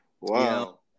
Wow